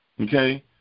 Okay